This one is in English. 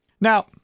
Now